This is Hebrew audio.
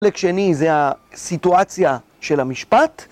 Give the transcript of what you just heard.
חלק שני זה הסיטואציה של המשפט.